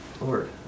Lord